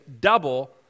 double